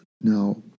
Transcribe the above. now